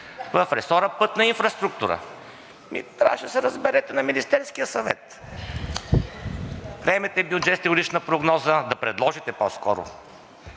в ресора „пътна инфраструктура“?! Ами трябваше да се разберете на Министерския съвет! Приемате бюджетна годишна прогноза, да предложите по-скоро